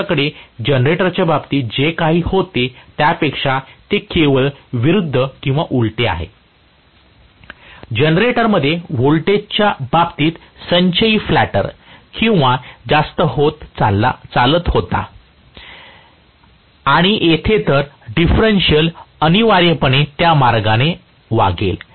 आमच्या जनरेटरच्या बाबतीत जे काही होते त्यापेक्षा ते केवळ विरुद्ध किंवा उलटे आहे जनरेटरमध्ये व्होल्टेजच्या बाबतीत संचयी फ्लॅटर किंवा जास्त होत चालला होता आणि येथे तर डिफरेंशियल अनिवार्यपणे त्या मार्गाने वागेल